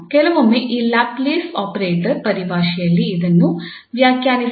ಕೆಲವೊಮ್ಮೆ ಈ Laplace operator ಪರಿಭಾಷೆಯಲ್ಲಿ ಇದನ್ನು ವ್ಯಾಖ್ಯಾನಿಸಲಾಗಿದೆ